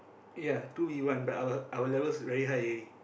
ya two V one but our our levels very high already